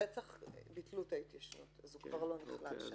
על רצח ביטלו את ההתיישנות אז הוא כבר לא נכלל שם.